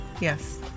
Yes